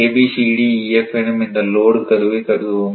ABCDEF என்னும் இந்த load கர்வை கருதுவோம்